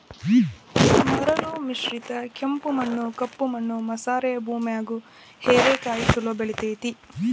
ಮರಳು ಮಿಶ್ರಿತ ಕೆಂಪು ಮಣ್ಣ, ಕಪ್ಪು ಮಣ್ಣು ಮಸಾರೆ ಭೂಮ್ಯಾಗು ಹೇರೆಕಾಯಿ ಚೊಲೋ ಬೆಳೆತೇತಿ